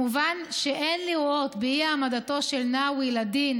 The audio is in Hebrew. מובן שאין לראות באי-העמדתו של נאווי לדין